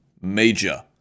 major